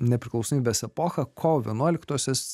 nepriklausomybės epochą kovo vienuoliktosios